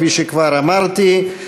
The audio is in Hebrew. כפי שכבר אמרתי,